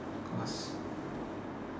cause